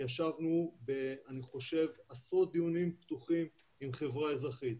ישבנו אני חושב עשרות דיונים פתוחים עם חברה אזרחית,